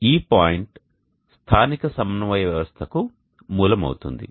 ఈ పాయింట్ స్థానిక సమన్వయ వ్యవస్థకు మూలం అవుతుంది